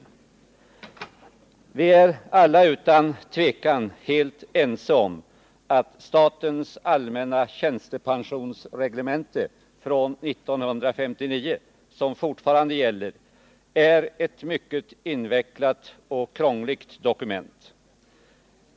Utan tvivel är vi alla helt ense om att statens allmänna tjänstepensionsreglemente från 1959, som fortfarande gäller, är ett mycket invecklat och krångligt dokument.